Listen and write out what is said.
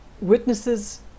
witnesses